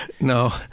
no